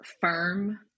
firm